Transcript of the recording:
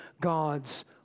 God's